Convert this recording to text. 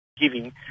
giving